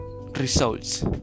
results